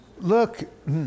Look